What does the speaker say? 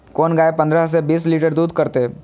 कोन गाय पंद्रह से बीस लीटर दूध करते?